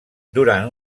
durant